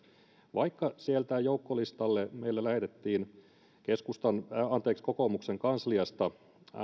vaikka meille joukkolistalle lähetettiin kokoomuksen kansliasta